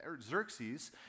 Xerxes